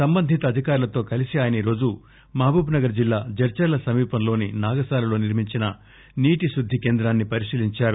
సంబంధిత అధికారులతో కలిసి ఆయన ఈరోజు మహబూబ్ నగర్ జిల్లా జడ్చర్ల సమీపంలోని నాగసాలలో నిర్మించిన నీటిశుద్ధి కేంద్రాన్ని పరిశీలించారు